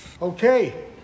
Okay